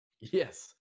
Yes